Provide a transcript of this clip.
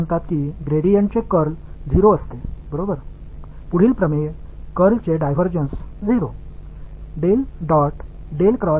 எனவே க்ராடிஎன்ட் இன் கர்ல் 0 என்று இது கூறுகிறது அடுத்த தேற்றம் கர்ல் இன் டைவர்ஜன்ஸ் 0 ஆகும்